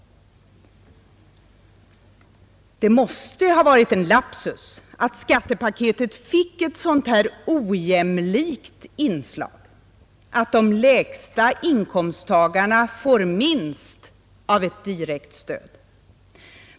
Det måste ha varit en lapsus att skattepaketet fick ett sådant här ojämlikt inslag, att de lägsta inkomsttagarna får minst av ett direkt stöd.